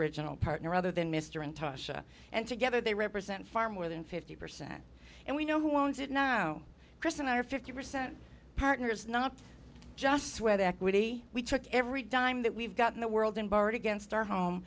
original partner other than mr in touch and together they represent far more than fifty percent and we know who owns it now chris and i are fifty percent partners not just where the equity we took every dime that we've got in the world and borrowed against our home